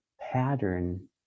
pattern